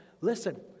Listen